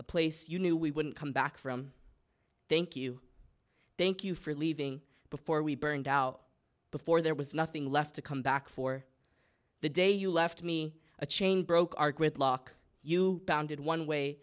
a place you knew we wouldn't come back from thank you thank you for leaving before we burned out before there was nothing left to come back for the day you left me a chain broke our gridlock you pounded one way